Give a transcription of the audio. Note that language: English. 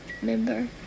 remember